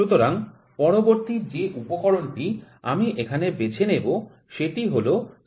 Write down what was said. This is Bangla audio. সুতরাং পরবর্তী যে উপকরণটি আমি এখানে বেছে নেব সেটি হল স্পিরিট লেভেল